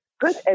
good